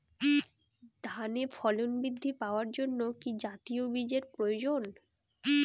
ধানে ফলন বৃদ্ধি পাওয়ার জন্য কি জাতীয় বীজের প্রয়োজন?